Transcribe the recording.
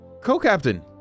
co-captain